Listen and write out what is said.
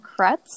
Kretz